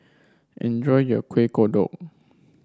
enjoy your Kuih Kodok